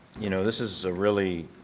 you know, this is a really,